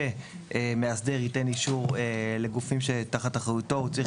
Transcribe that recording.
כשמאסדר ייתן אישור לגופים שתחת אחריותו הוא יצטרך